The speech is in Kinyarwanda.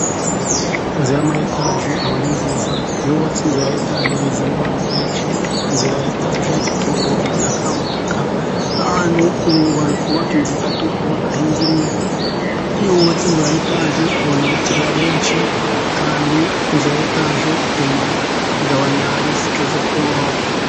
Inzu ya etaje aba ari nziza, iyo wubatse inzu ya etaje izamo abantu benshi, inzu ya etaje itubura ubutaka, ahantu wari kubaka inzu eshatu ukubakamo inzu imwe, iyo wubatse inzu ya etaje ubona abakiriya benshi, kandi inzu ya etaje ituma, igabanya risike zo kuba wapfa.